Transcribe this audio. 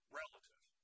relative